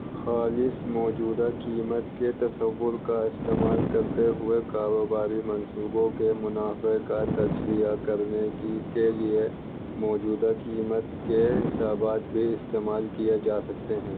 خالص موجودہ قیمت کے تصور کا استعمال کرتے ہوئے کاروباری منصوبوں کے منافعہ کا تجزیہ کرنے کی کے لیے موجودہ قیمت کے حسابات بھی استعمال کیے جا سکتے ہیں